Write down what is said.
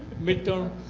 midterm.